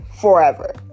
forever